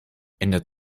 ändert